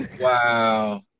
wow